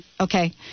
Okay